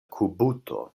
kubuto